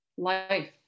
life